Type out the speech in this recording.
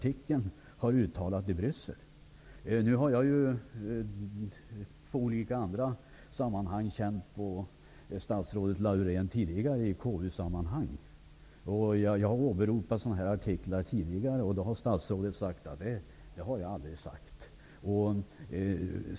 Nu känner jag statsrådet Laurén från andra sammanhang, bl.a. KU, där jag åberopat sådana här tidningsartiklar. Då har statsrådet förklarat: Det har jag aldrig sagt.